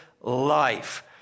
life